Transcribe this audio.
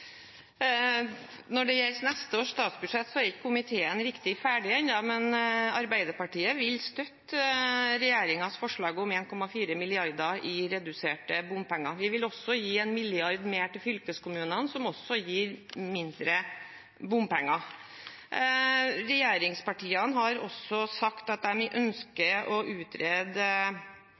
Når det gjelder neste års statsbudsjett, er ikke komiteen riktig ferdig ennå, men Arbeiderpartiet vil støtte regjeringens forslag om 1,4 mrd. kr i reduserte bompenger. Vi vil også gi 1 mrd. kr mer til fylkeskommunene, som også gir mindre bompenger. Regjeringspartiene har også sagt at de ønsker å utrede